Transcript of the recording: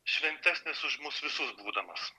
šventesnis už mus visus būdamas